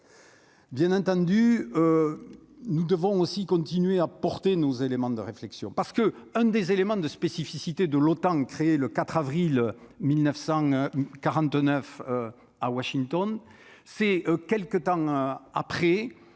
Bien entendu, nous devons aussi continué à porter nos éléments de réflexion parce que un des éléments de spécificité de l'OTAN, créée le 4 avril 1949 à Washington, c'est quelque temps après